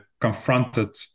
Confronted